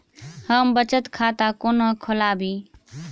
हम बचत खाता कोना खोलाबी?